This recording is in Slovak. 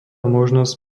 možnosť